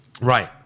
Right